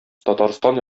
татарстан